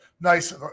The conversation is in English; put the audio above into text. nice